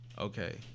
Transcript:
Okay